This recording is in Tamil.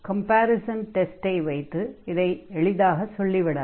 கம்பேரிசன் டெஸ்டை வைத்து இதை எளிதாகச் சொல்லிவிடலாம்